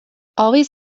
always